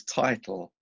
title